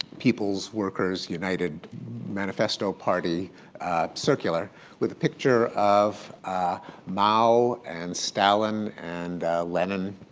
people's workers united manifesto party circular with a picture of mao and stalin and lenin,